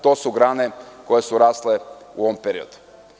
To su grane koje su rasle u ovom periodu.